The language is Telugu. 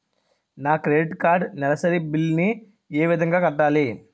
నా క్రెడిట్ కార్డ్ నెలసరి బిల్ ని ఏ విధంగా కట్టాలి?